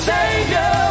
Savior